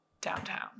downtown